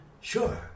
sure